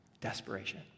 Desperation